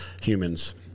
Humans